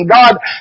God